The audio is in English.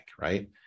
right